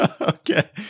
Okay